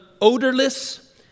odorless